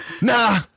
Nah